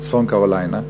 בצפון-קרוליינה,